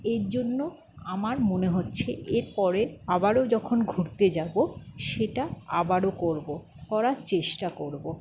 এর জন্য আমার মনে হচ্ছে এর পরে আবারও যখন ঘুরতে যাবো সেটা আবারও করবো করার চেষ্টা করবো